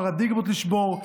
פרדיגמות לשבור,